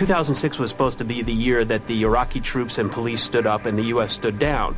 two thousand and six was supposed to be the that the iraqi troops and police stood up in the us to down